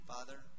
Father